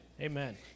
Amen